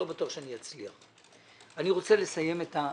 אני לא בטוח שאני אצליח: אני רוצה לסיים את התקנות,